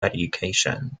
education